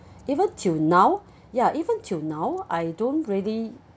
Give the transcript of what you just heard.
even till now ya even till now I don't really